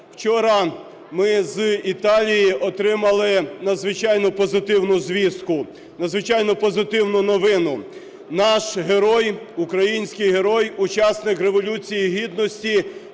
вчора ми з Італії отримали надзвичайно позитивну звістку, надзвичайно позитивну новину: наш герой, український герой, учасник Революції Гідності,